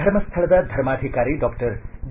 ಧರ್ಮಸ್ಥಳದ ಧರ್ಮಾಧಿಕಾರಿ doctor D